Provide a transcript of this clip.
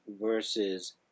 versus